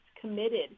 committed